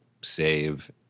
save